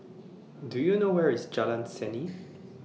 Do YOU know Where IS Jalan Seni